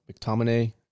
McTominay